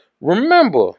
remember